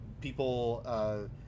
people